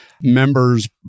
Members